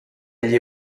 agli